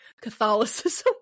Catholicism